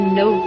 no